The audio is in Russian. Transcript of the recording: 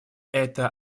это